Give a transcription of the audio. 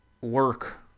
work